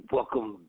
Welcome